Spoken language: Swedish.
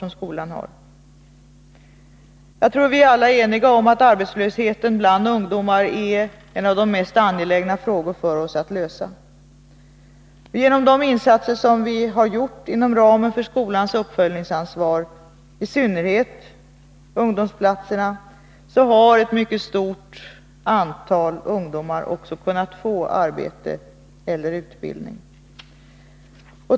Jag tror att vi alla är eniga om att arbetslösheten bland ungdomar är en av de frågor som det är mest angeläget att lösa. Genom de insatser som vi har gjort inom ramen för skolans uppföljningsansvar, i synnerhet ungdomsplatserna, har ett mycket stort antal ungdomar också kunnat få arbete eller utbildning.